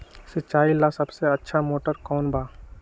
सिंचाई ला सबसे अच्छा मोटर कौन बा?